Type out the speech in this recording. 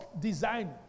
design